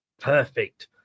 Perfect